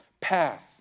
path